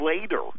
later